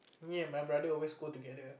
me and my brother always go together